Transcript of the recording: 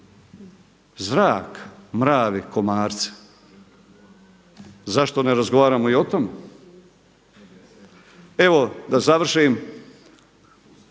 Zrak, mravi, komarci. Zašto ne razgovaramo i o tome? Evo da završim.